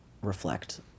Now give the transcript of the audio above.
reflect